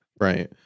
Right